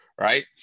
right